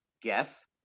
guess